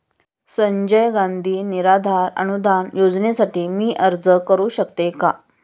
संजय गांधी निराधार अनुदान योजनेसाठी मी अर्ज करू शकते का?